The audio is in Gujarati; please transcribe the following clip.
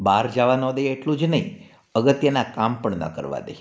બહાર જવા ના દે એટલું જ નહીં અગત્યના કામ પણ ન કરવા દે